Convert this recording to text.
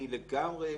אני לגמרי מתיישר.